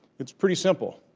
it's pretty simple.